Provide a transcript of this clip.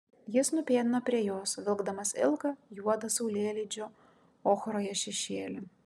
jis nupėdino prie jos vilkdamas ilgą juodą saulėlydžio ochroje šešėlį